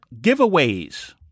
giveaways